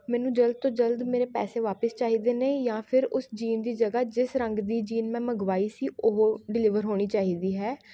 ਮੈਨੂੰ ਜਲਦ ਤੋਂ ਜਲਦ ਮੇਰੇ ਪੈਸੇ ਵਾਪਿਸ ਚਾਹੀਦੇ ਨੇ ਜਾਂ ਫਿਰ ਉਸ ਜੀਨ ਦੀ ਜਗ੍ਹਾਂ ਜਿਸ ਰੰਗ ਦੀ ਜੀਨ ਮੈਂ ਮੰਗਵਾਈ ਸੀ ਉਹ ਡਿਲਵਰ ਹੋਣੀ ਚਾਹੀਦੀ ਹੈ